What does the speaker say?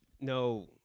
No